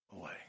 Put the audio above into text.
away